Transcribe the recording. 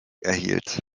erhielt